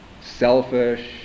selfish